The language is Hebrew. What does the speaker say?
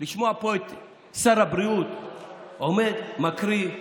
לשמוע פה את שר הבריאות עומד, מקריא,